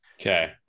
Okay